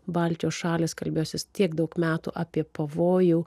baltijos šalys kalbėsis tiek daug metų apie pavojų